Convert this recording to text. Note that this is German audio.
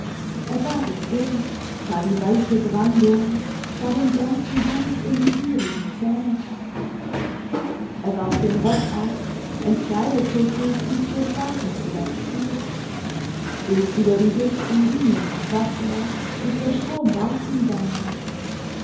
er sah sich um sah die weisse brandung sah dem blanken hans in die gierigen zähne er warf den rock ab entkleidete sich und durchwatete das priel bis über die hüften ging ihm das wasser und der strom warf ihn beinah